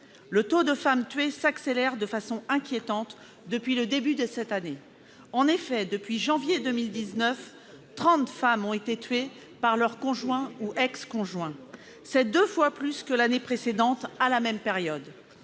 Le nombre de femmes tuées augmente de façon inquiétante depuis le début de cette année. En effet, depuis janvier 2019, trente femmes ont été victimes de leur conjoint ou ex-conjoint. C'est deux fois plus que l'année précédente sur la même période.